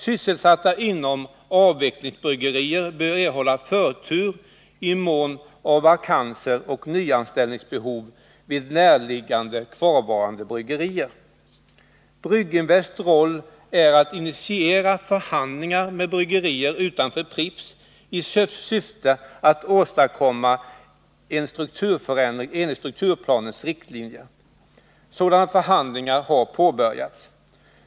Sysselsatta inom avvecklingsbryggerier bör erhålla förtur i mån av vakanser eller nyanställningsbehov vid närbelägna kvarvarande bryggerier.——— Brygginvests roll är att initiera förhandlingar med bryggerierna utanför Pripps i syfte att åstadkomma en strukturförändring enligt strukturplanens riktlinjer. Sådana förhandlingar har redan påbörjats.